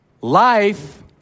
life